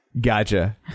Gotcha